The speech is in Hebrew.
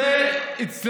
זה, זה אצלנו.